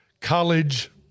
college